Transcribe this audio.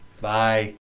Bye